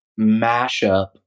mashup